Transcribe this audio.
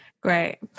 Great